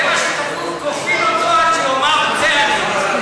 זה מה שכתוב: כופין אותו עד שיאמר רוצה אני.